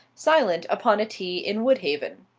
silent upon a tee in woodhaven.